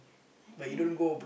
like yeah